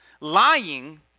lying